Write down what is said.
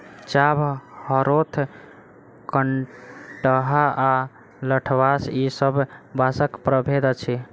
चाभ, हरोथ, कंटहा आ लठबाँस ई सब बाँसक प्रभेद अछि